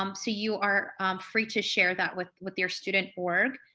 um so you are free to share that with with your student org.